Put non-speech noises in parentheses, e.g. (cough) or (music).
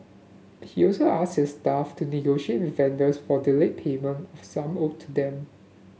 he also asked his staff to (unintelligible) with vendors for delayed payment of sum owed to them